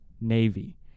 Navy